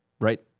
Right